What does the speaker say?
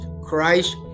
Christ